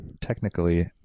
technically